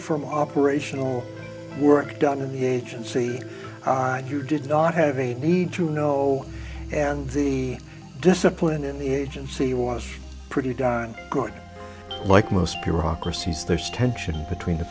from operational work done in the agency and you did not have a need to know and the discipline in the agency was pretty darn good like most peer ocracy so there's tension between the